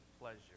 pleasure